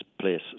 place